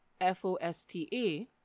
FOSTA